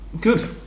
good